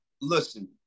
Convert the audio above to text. listen